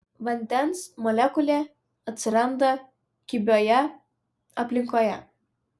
vandens molekulė atsiranda kibioje aplinkoje